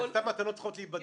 הטענות צריכות להיבדק.